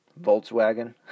Volkswagen